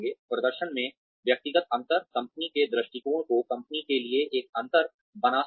प्रदर्शन में व्यक्तिगत अंतर कंपनी के दृष्टिकोण को कंपनी के लिए एक अंतर बना सकता है